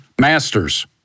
Masters